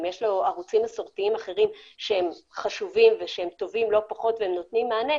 אם יש לו ערוצים מסורתיים אחרים חשובים וטובים לא פחות ונותנים מענה,